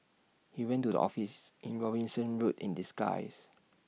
he went to the office in Robinson road in disguise